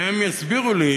שהם יסבירו לי,